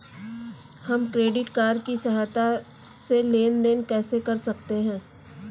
हम credit card की सहायता से लेन देन कैसे कर सकते हैं?